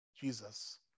Jesus